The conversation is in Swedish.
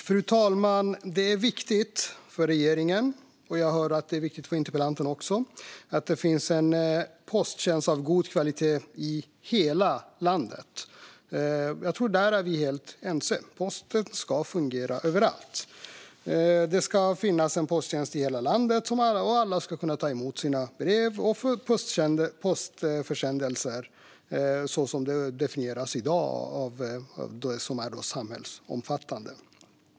Fru talman! Det är viktigt för regeringen - och jag hör att det också är viktigt för interpellanten - att det finns en posttjänst av god kvalitet i hela landet. Där är vi helt ense. Posten ska fungera överallt. Det ska finnas en posttjänst i hela landet, och alla ska kunna ta emot sina brev och få postförsändelser på så sätt som det definieras i dag, det vill säga samhällsomfattande.